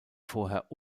vorher